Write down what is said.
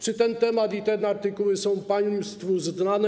Czy ten temat i te artykuły są państwu znane?